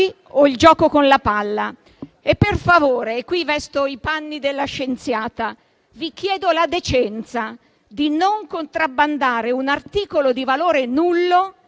o il gioco con la palla. E, per favore, vestendo i panni della scienziata, vi chiedo la decenza di non contrabbandare un articolo di valore nullo